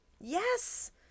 yes